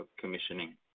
commissioning